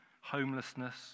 homelessness